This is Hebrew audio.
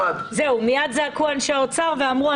ומייד זעקו אנשי האוצר ואמרו,